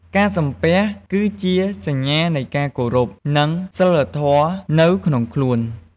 ការសំពះគឺជាសញ្ញានៃការគោរព និងសីលធម៌នៅក្នុងខ្លួន។